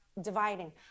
dividing